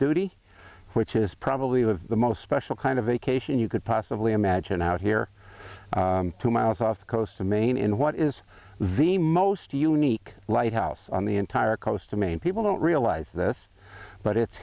duty which is probably the most special kind of a cation you could possibly imagine out here two miles off the coast of maine in what is the most unique lighthouse on the entire coast of maine people don't realize this but it